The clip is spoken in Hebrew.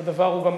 הדבר גם,